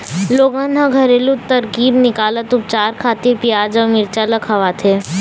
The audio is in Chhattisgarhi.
लोगन ह घरेलू तरकीब निकालत उपचार खातिर पियाज अउ मिरचा ल खवाथे